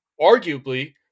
arguably